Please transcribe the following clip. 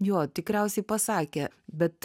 jo tikriausiai pasakė bet